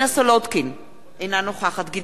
אינו נוכח מרינה סולודקין, אינה נוכחת גדעון סער,